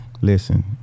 Listen